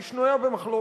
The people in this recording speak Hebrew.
שהיא שנויה במחלוקת,